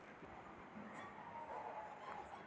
ನನ್ನ ಉಳಿತಾಯ ಖಾತೆಯೊಳಗ ಕನಿಷ್ಟ ಎಷ್ಟು ರೊಕ್ಕ ಇಟ್ಟಿರಬೇಕು?